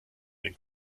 den